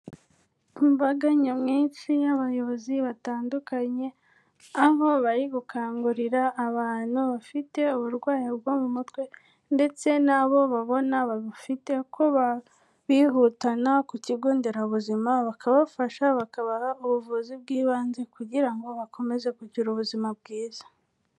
Imbaga nyamwinshi y'abayobozi batandukanye, aho bari gukangurira abantu bafite uburwayi bwo mu mutwe ndetse n'abo babona bafite ko ba bihutana ku kigo nderabuzima bakabafasha, bakabaha ubuvuzi bw'ibanze kugira ngo bakomeze kugira ubuzima bwiza.